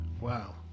Wow